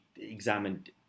examined